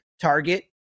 target